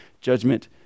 judgment